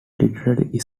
literary